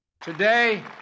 Today